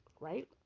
right